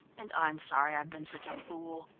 and i'm sorry i've been such fool,